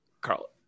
Carl